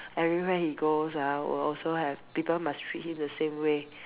everywhere he goes ah will also have people must treat him the same way